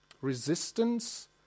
Resistance